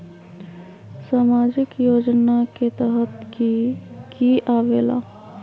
समाजिक योजना के तहद कि की आवे ला?